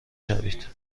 شوید